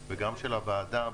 וגם של הוועדה בעניין.